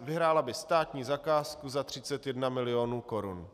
vyhrála by státní zakázku za 31 milionů korun?